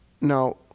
Now